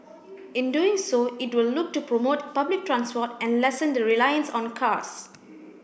in doing so it will look to promote public transport and lessen the reliance on cars